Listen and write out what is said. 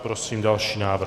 Prosím další návrh.